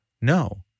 No